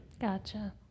Gotcha